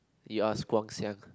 you ask Guang-Xiang